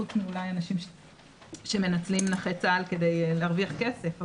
חוץ מאולי אנשים שמנצלים נכי צה"ל כדי להרוויח כסף,